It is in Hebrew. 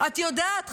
את יודעת,